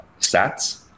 stats